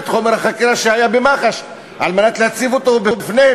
אני אקח את התלונה ואת חומר החקירה שהיה במח"ש כדי להציב אותם בפניהם,